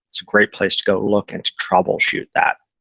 it's a great place to go look and to troubleshoot that.